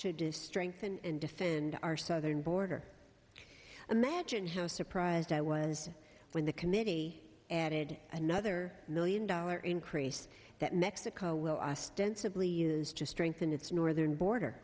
dis strengthen and defend our southern border imagine how surprised i was when the committee added another million dollar increase that mexico will ostensibly use to strengthen its northern border